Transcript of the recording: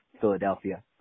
Philadelphia